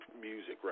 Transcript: music